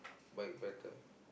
bike better